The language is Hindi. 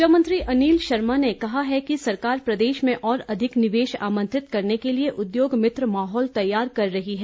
ऊर्जा मंत्री अनिल शर्मा ने कहा है कि सरकार प्रदेश में और अधिक निवेश आमंत्रित करने के लिए उद्योग मित्र माहौल तैयार कर रही है